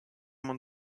haben